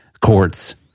courts